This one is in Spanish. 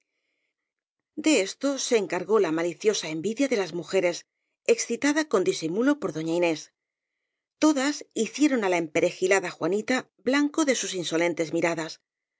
de esto se encargó la maliciosa envidia de las mujeres excitada con disimulo por doña inés to das hicieron á la emperegilada juanita blanco de sus insolentes miradas